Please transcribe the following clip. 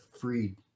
freed